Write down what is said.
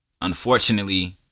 Unfortunately